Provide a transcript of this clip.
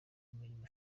imirimo